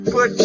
Put